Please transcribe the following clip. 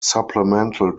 supplemental